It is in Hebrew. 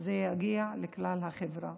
זה יגיע לכלל החברה,